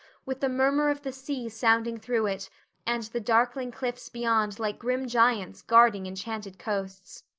with the murmur of the sea sounding through it and the darkling cliffs beyond like grim giants guarding enchanted coasts.